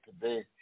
today